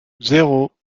zéro